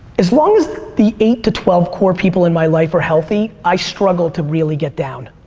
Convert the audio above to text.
as long as the eight to twelve core people in my life are healthy i struggle to really get down.